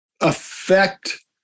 affect